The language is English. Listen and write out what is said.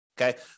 Okay